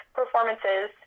performances